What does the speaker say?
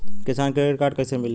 किसान credit card कइसे मिली?